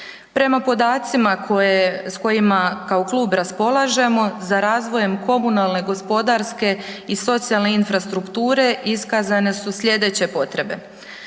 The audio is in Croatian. Prema podacima s kojima kao klub raspolažemo, za razvojem komunalne gospodarske i socijalne infrastrukture, iskazane su slijedeće potrebe.